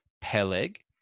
Peleg